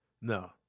No